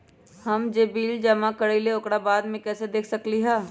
हम जे बिल जमा करईले ओकरा बाद में कैसे देख सकलि ह?